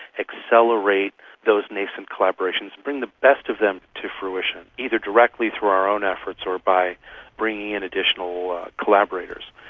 accelerate those nascent collaborations, bring the best of them to fruition, either directly through our own efforts or by bringing in additional collaborators.